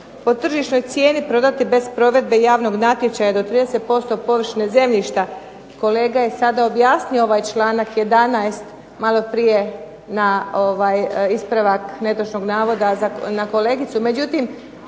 po tržišnoj cijeni prodati bez provedbe javnog natječaja do 30% površine zemljišta. Kolega je sada objasnio ovaj članak 11. malo prije na ispravak netočnog navoda na kolegicu,